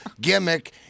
gimmick